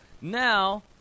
Now